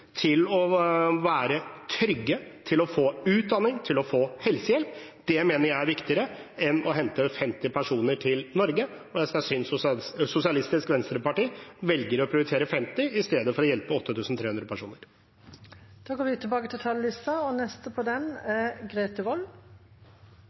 til å være trygge og få utdanning og helsehjelp enn å hente 50 personer til Norge. Jeg synes det er synd at Sosialistisk Venstreparti velger å prioritere 50 i stedet for å hjelpe 8 300 personer. Replikkordskiftet er omme. Verden er ikke stor. Det pleier vi å si når vi møter kjente på litt uventede steder, og